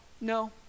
No